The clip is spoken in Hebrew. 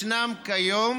ישנם כיום